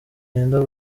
yenda